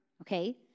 okay